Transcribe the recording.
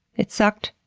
it sucked,